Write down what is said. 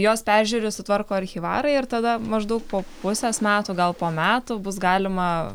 juos peržiūri sutvarko archyvarai ir tada maždaug po pusės metų gal po metų bus galima